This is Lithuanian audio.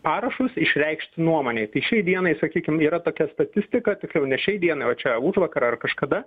parašus išreikšti nuomonę apie šiai dienai sakykime yra tokia statistika tik jau ne šiai dienai o čia užvakar ar kažkada